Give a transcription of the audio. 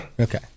okay